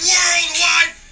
Worldwide